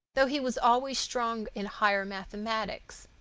though he was always strong in higher mathematics.